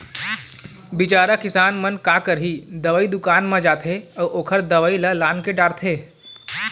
बिचारा किसान मन का करही, दवई दुकान म जाथे अउ ओखर दवई ल लानके डारथे